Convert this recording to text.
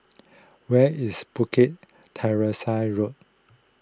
where is Bukit Teresa Road